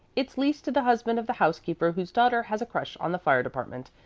it's leased to the husband of the house-keeper whose daughter has a crush on the fire department.